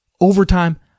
Overtime